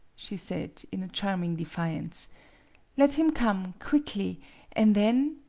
she said, in a charming defiance let him come quickly an' then